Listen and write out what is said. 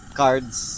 cards